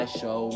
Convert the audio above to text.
show